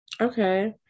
okay